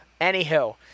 Anywho